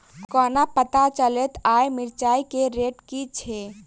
कोना पत्ता चलतै आय मिर्चाय केँ रेट की छै?